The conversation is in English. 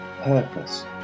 purpose